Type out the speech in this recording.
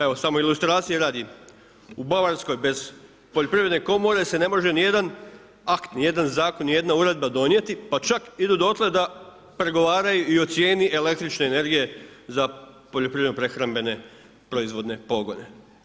Evo samo ilustracije radi, u Bavarskoj bez poljoprivredne komore se ne može nijedan akt, nijedan zakon, nijedna uredba donijeti pa čak idu dotle da pregovaraju i o cijeni električne energije za poljoprivredno prehrambene proizvodne pogone.